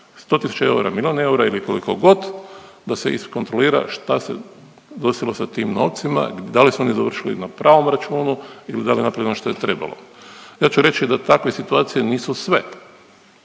milijun eura, 100 tisuća eura ili koliko god, da se iskontrolira šta se desilo sa tim novcima, da li su oni završili na pravom računu ili je dana pravljeno što je trebalo. Ja ću reći da takve situacije nisu sve.